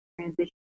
transition